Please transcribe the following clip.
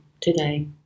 today